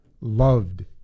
Loved